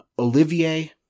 Olivier